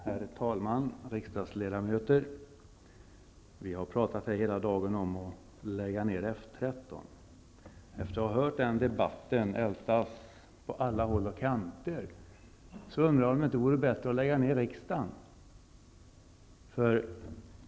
Herr talman, riksdagsledamöter! Vi har pratat här hela dagen om att lägga ner F 13. Efter att ha hört den debatten ältas på alla håll och kanter undrar jag om det inte vore bättre att lägga ner riksdagen.